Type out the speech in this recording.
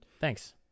Thanks